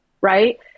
right